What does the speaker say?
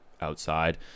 outside